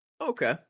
Okay